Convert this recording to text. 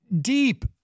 deep